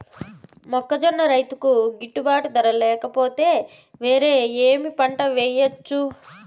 మొక్కజొన్న రైతుకు గిట్టుబాటు ధర లేక పోతే, వేరే ఏమి పంట వెయ్యొచ్చు?